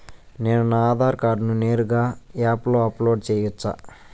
నేను నా ఆధార్ కార్డును నేరుగా యాప్ లో అప్లోడ్ సేయొచ్చా?